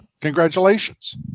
Congratulations